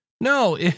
No